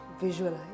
visualize